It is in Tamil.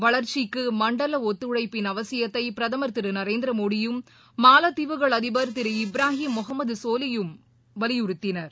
வளர்ச்சிக்குமண்டலஒத்துழைப்பின் அவசியத்தைபிரதமர் திருநரேந்திரமோடியும் மாலத்தீவுகள் அதிபர் திரு இப்ராஹீம் முகமத் சோலிஹூம் வலியுறுத்தினர்